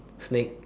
snake